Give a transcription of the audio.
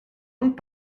und